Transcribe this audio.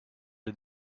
did